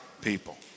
people